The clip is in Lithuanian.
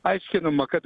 aiškinama kad